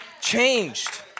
changed